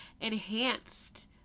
enhanced